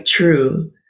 true